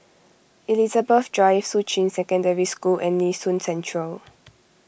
Elizabeth Drive Shuqun Secondary School and Nee Soon Central